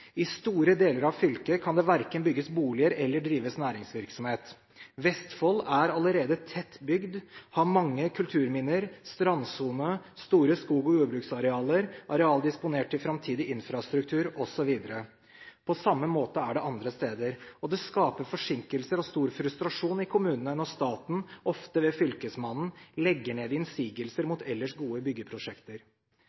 I store deler av fylket kan det verken bygges boliger eller drives næringsvirksomhet. Vestfold er allerede tettbygd, har mange kulturminner, strandsone, store skog- og jordbruksarealer, areal disponert til framtidig infrastruktur osv. På samme måte er det andre steder, og det skaper forsinkelser og stor frustrasjon i kommunene når staten – ofte ved fylkesmannen – legger ned innsigelser